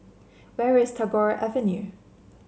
where is Tagore Avenue